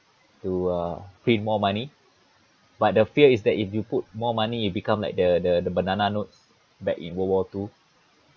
to uh print more money but the fear is that if you put more money it become like the the banana notes back in world war two